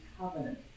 covenant